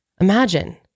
imagine